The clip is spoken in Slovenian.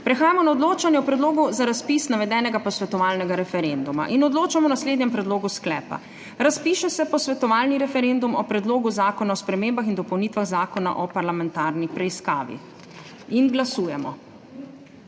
Prehajamo na odločanje o predlogu za razpis navedenega posvetovalnega referenduma in odločamo o naslednjem predlogu sklepa: Razpiše se posvetovalni referendum o Predlogu zakona o spremembah in dopolnitvah Zakona o parlamentarni preiskavi. Glasujemo.